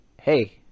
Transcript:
hey